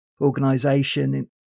organization